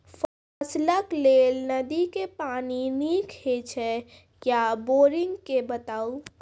फसलक लेल नदी के पानि नीक हे छै या बोरिंग के बताऊ?